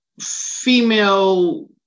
female